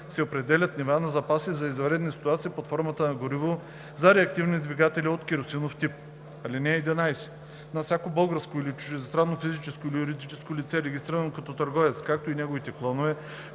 се определят нива на запаси за извънредни ситуации под формата на гориво за реактивни двигатели от керосинов тип. (11) На всяко българско или чуждестранно физическо или юридическо лице, регистрирано като търговец, както и неговите клонове,